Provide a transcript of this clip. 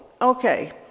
okay